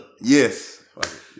Yes